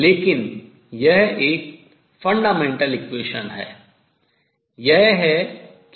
लेकिन यह एक मूलभूत समीकरण है